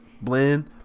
blend